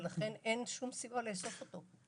ולכן אין סיבה לאסוף אותו.